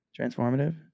transformative